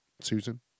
Susan